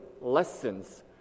lessons